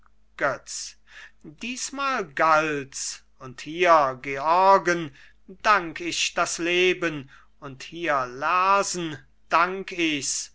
götz diesmal galt's und hier georgen dank ich das leben und hier lersen dank ich's